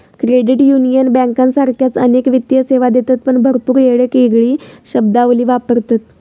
credit union बँकांसारखाच अनेक वित्तीय सेवा देतत पण भरपूर येळेक येगळी शब्दावली वापरतत